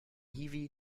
hiwi